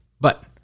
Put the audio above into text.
But-